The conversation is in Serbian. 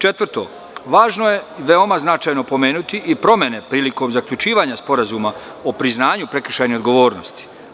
Četvrto, važno je i veoma značajno pomenuti i promene prilikom zaključivanja sporazuma o priznanju prekršajne odgovornosti.